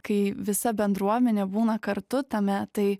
kai visa bendruomenė būna kartu tame tai